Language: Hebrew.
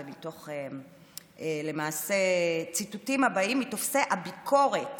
מדובר בציטוטים הבאים מתוך טופסי הביקורת